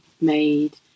made